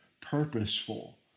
purposeful